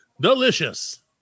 delicious